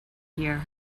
here